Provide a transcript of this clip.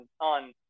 on